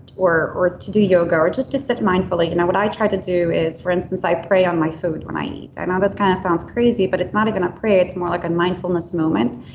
or or to do yoga or just to sit mindfully, you know what i try to do is, for instance, i pray on my food when i eat. i know that's kind of sounds crazy, but it's not a going to pray. it's more like a mindfulness moment.